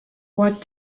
what